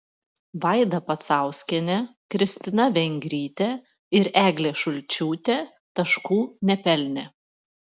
vaida pacauskienė kristina vengrytė ir eglė šulčiūtė taškų nepelnė